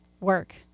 work